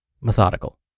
methodical